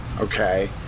okay